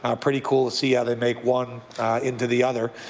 ah pretty cool to see how they make one into the other.